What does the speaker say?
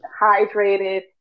hydrated